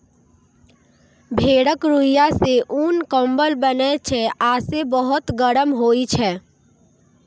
भेड़क रुइंया सं उन, कंबल बनै छै आ से बहुत गरम होइ छै